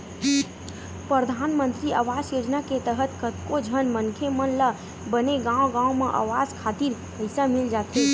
परधानमंतरी आवास योजना के तहत कतको झन मनखे मन ल बने गांव गांव म अवास खातिर पइसा मिल जाथे